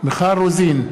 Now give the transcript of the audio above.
מיכל רוזין,